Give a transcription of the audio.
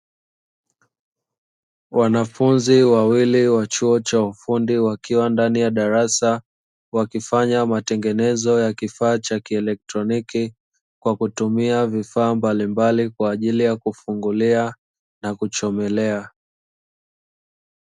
Wanafunzi wawili wa chuo cha ufundi wakiwa ndani ya darasa, wakifanya matengenezo ya kifaa cha kielektroniki, kwa kutumia vifaa mbali mbali kwa ajili ya kufungulia na kuchomelea.